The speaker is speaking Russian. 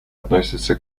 относится